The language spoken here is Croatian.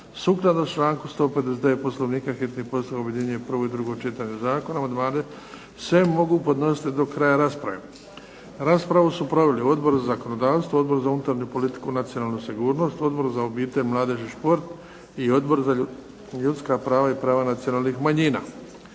sukladno članku 159. Poslovnika hitni postupak objedinjuje prvo i drugo čitanje Zakona. Amandmani se mogu podnositi do kraja rasprave. Raspravu su proveli Odbor za zakonodavstvo, Odbor za unutarnju politiku i nacionalnu sigurnost, Odbor za obitelj, mladež i šport i Odbor za ljudska prava i prava nacionalnih manjina.